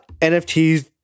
NFTs